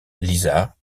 lisa